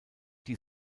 die